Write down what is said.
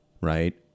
right